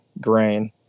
grain